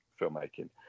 filmmaking